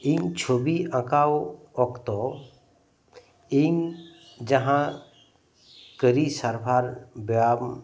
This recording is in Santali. ᱤᱧ ᱪᱷᱚᱵᱤ ᱟᱸᱠᱟᱣ ᱚᱠᱛᱚ ᱤᱧ ᱡᱟᱦᱟᱸ ᱠᱟᱨᱤ ᱥᱟᱨᱵᱷᱟᱨ ᱵᱮᱭᱟᱢ